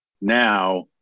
now